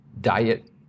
diet